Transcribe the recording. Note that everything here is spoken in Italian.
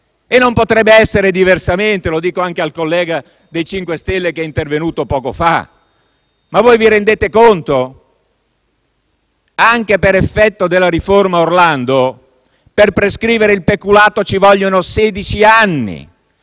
E non potrebbe essere diversamente; lo dico anche al collega del MoVimento 5 Stelle che è intervenuto poco fa. Ma vi rendete conto che, anche per effetto della riforma Orlando, per prescrivere il peculato ci vogliono sedici